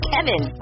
Kevin